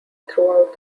throughout